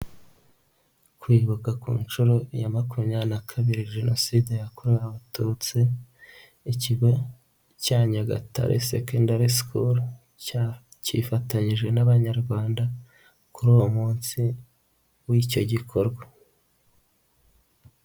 kwibuka ku nshuro ya makumyabiri na kabiri Jenoside yakorewe Abatutsi, ikigo cya Nyagatare sekendari sikulu cyifatanyije n'abanyarwanda kuri uwo munsi w'icyo gikorwa.